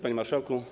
Panie Marszałku!